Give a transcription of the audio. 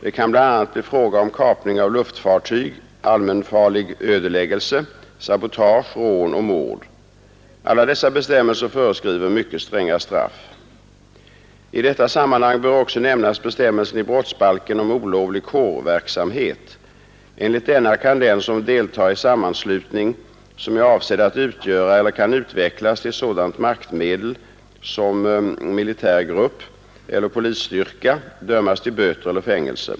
Det kan bl.a. bli fråga om kapning av luftfartyg, allmänfarlig ödeläggelse, sabotage, rån och mord. Alla dessa bestämmelser föreskriver mycket stränga straff. I detta sammanhang bör också nämnas bestämmelsen i brottsbalken om olovlig kårverksamhet. Enligt denna kan den som deltar i sammanslutning som är avsedd att utgöra eller kan utvecklas till sådant maktmedel som militär grupp eller polisstyrka dömas till böter eller fängelse.